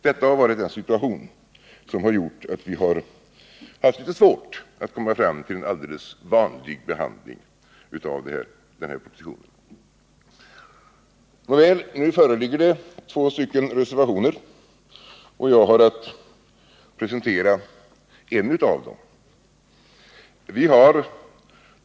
Detta är situationen, och vi har därför haft litet svårt att komma fram till en alldeles vanlig behandling av propositionen. Nu föreligger alltså två reservationer, och jag har att presentera den ena.